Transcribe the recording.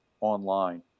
online